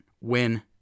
win